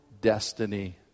destiny